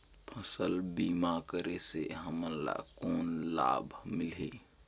फसल बीमा करे से हमन ला कौन लाभ मिलही?